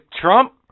Trump